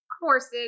courses